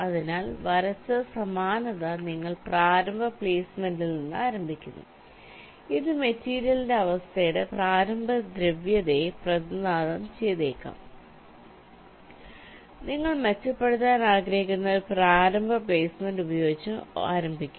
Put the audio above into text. അതിനാൽ വരച്ച സമാനത നിങ്ങൾ പ്രാരംഭ പ്ലെയ്സ്മെന്റിൽ നിന്ന് ആരംഭിക്കുന്നു ഇത് മെറ്റീരിയലിന്റെ അവസ്ഥയുടെ പ്രാരംഭ ദ്രവ്യതയെ പ്രതിനിധാനം ചെയ്തേക്കാം നിങ്ങൾ മെച്ചപ്പെടുത്താൻ ആഗ്രഹിക്കുന്ന ഒരു പ്രാരംഭ പ്ലെയ്സ്മെന്റ് ഉപയോഗിച്ച് ആരംഭിക്കുക